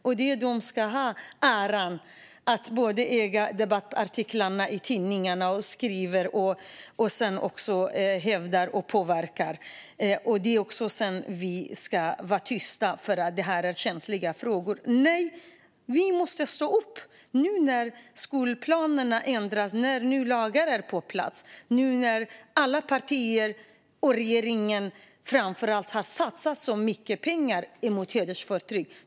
Männen får äran av att skriva debattartiklar i tidningarna och utöva påverkan, medan vi ska vara tysta eftersom det är känsliga frågor. Nej, vi måste stå upp nu när skolplanen ändras och nya lagar är på plats. Alla partier och framför allt regeringen har nu satsat så mycket pengar mot hedersförtryck.